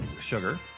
sugar